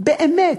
באמת,